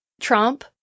Trump